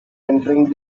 entering